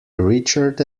richard